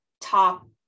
top